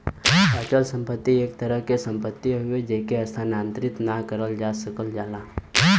अचल संपत्ति एक तरह क सम्पति हउवे जेके स्थानांतरित न करल जा सकल जाला